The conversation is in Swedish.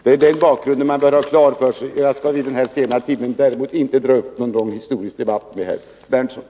Det är den bakgrunden man bör ha klar för sig, men jag skall i denna sena timme inte gå in på en historisk debatt med Nils Berndtson.